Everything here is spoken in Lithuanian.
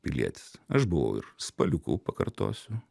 pilietis aš buvau ir spaliuku pakartosiu